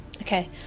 Okay